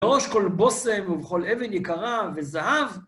בראש כל בושם, ובכל אבן יקרה וזהב.